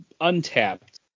Untapped